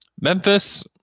Memphis